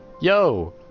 yo